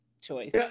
choice